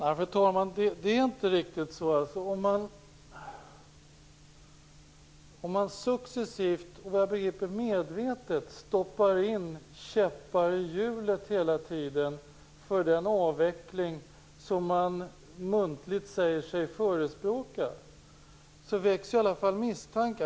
Fru talman! Det är inte riktigt så. Om man successivt och vad jag begriper medvetet hela tiden sätter käppar i hjulet för en avveckling som man muntligen säger sig förespråka, så växer misstanken att man tycker att tingens ordning är bra.